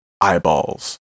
eyeballs